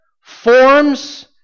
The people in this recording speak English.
forms